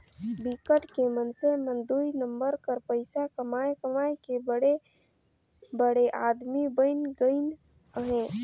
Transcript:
बिकट के मइनसे मन दुई नंबर कर पइसा कमाए कमाए के बड़े बड़े आदमी बइन गइन अहें